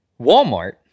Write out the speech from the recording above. Walmart